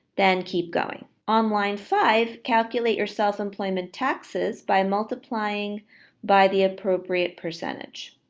then keep going. on line five, calculate your self employment taxes by multiplying by the appropriate percentage.